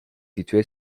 situé